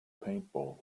paintball